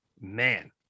man